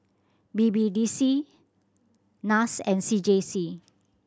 B B D C NAS and C J C